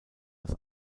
das